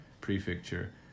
prefecture